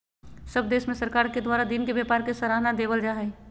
सब देश में सरकार के द्वारा दिन के व्यापार के सराहना देवल जा हइ